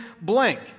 blank